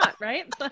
right